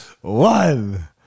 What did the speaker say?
One